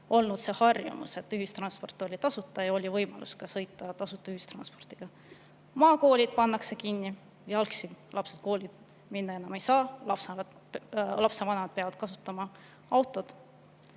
olnud harjumus, et ühistransport on tasuta. Oli ju võimalus sõita tasuta ühistranspordiga. Maakoolid pannakse kinni. Jalgsi lapsed kooli minna ei saa, lapsevanemad peavad kasutama autot.